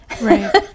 right